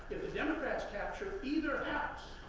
democrats capture either house,